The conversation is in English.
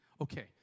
Okay